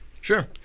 Sure